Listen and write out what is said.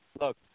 look